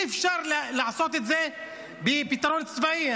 אי-אפשר לעשות את זה בפתרון צבאי.